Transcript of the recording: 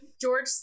George